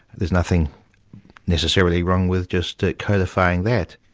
there's nothing necessarily wrong with just ah codifying that.